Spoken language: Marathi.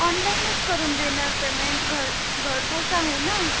ऑनलाईनच करून देणार पेमेंट घर घरपोच आहे ना